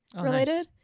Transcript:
related